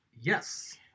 Yes